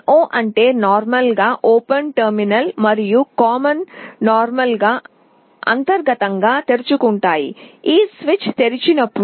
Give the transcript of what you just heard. NO అంటే సాధారణంగా open terminal మరియు కామన్ సాధారణంగా అంతర్గతంగా తెరుచుకుంటాయి ఈ స్విచ్ తెరిచినప్పుడు